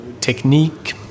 technique